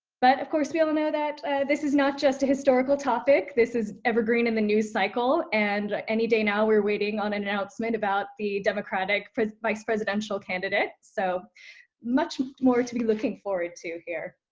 but of course, we all know that this is not just a historical topic. this is evergreen in the news cycle, and any day now we're waiting on an announcement about the democratic vice presidential candidate, so much more to be looking forward to here.